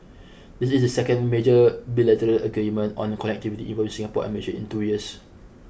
this is the second major bilateral agreement on connectivity involving Singapore and Malaysia in two years